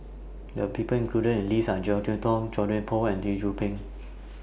The People included in The list Are Jek Yeun Thong Chua Thian Poh and Lee Tzu Pheng